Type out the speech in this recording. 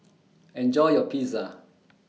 Enjoy your Pizza